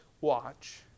watch